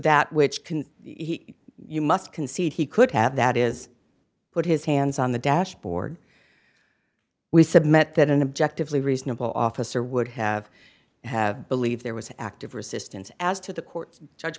that which can he you must concede he could have that is put his hands on the dashboard we submit that an objective lee reasonable officer would have have believed there was active resistance as to the court's judge